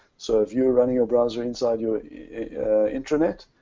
so if you're running your browser inside your intranet,